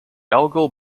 algal